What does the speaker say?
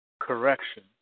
Correction